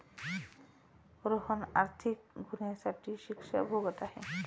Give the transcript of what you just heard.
रोहन आर्थिक गुन्ह्यासाठी शिक्षा भोगत आहे